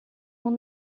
will